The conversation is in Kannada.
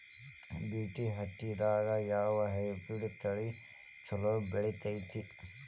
ಬಿ.ಟಿ ಹತ್ತಿದಾಗ ಯಾವ ಹೈಬ್ರಿಡ್ ತಳಿ ಛಲೋ ಬೆಳಿತೈತಿ?